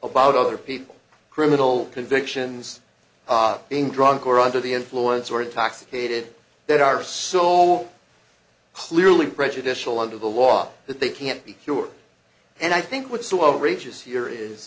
about other people criminal convictions being drunk or under the influence or intoxicated that are so clearly prejudicial under the law that they can't be cured and i think what so outrageous